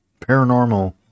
paranormal